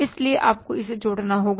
इसलिए आपको इसे जोड़ना होगा